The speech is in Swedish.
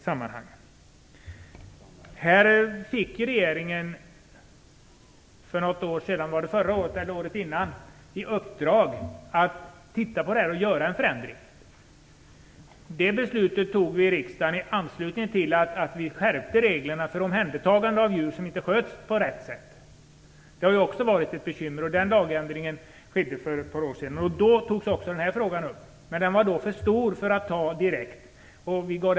Regeringen fick för något år sedan i uppdrag att se över denna fråga och föreslå en förändring. Det beslutet fattade vi i riksdagen i samband med att vi skärpte reglerna för omhändertagande av djur som inte sköts på rätt sätt. Det har också varit ett bekymmer. Den lagändringen trädde i kraft för ett par år sedan. Då togs också denna fråga upp. Men den var för stor för att vi skulle kunna fatta beslut direkt.